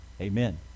Amen